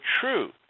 true